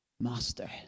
master